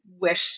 wish